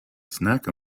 snack